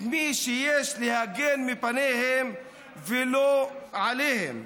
מי שיש להגן מפניהם ולא עליהם.